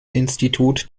institut